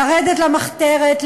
לרדת למחתרת,